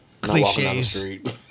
cliches